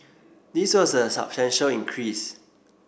this was a substantial increase